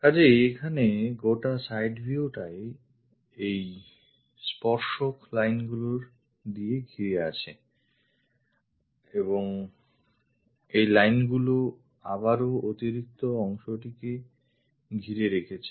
কাজেই এখানে গোটা side viewটাই এই স্পর্শকাতর লাইনগুলি দিয়ে ঘিরে আছে এবং এই lineগুলি আবারও অতিরিক্ত অংশটিকে ঘিরে রেখেছে